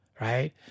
Right